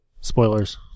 spoilers